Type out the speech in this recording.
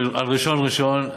ראשון ראשון.